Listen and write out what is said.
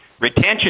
Retention